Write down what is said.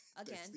again